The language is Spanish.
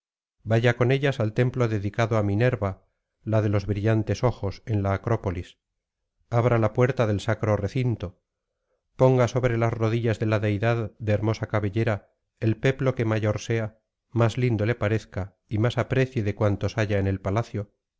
vaya con ellas al templo dedicado á minerva la de los brillantes ojos en la acrópolis abra la puerta del sacro recinto ponga sobre las rodillas de la deidad de hermosa cabellera el peplo que mayor sea más lindo le parezca y más aprecie de cuantos haya en el palacio